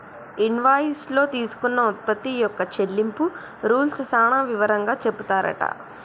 invoice లో తీసుకున్న ఉత్పత్తి యొక్క చెల్లింపు రూల్స్ సాన వివరంగా చెపుతారట